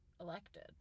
elected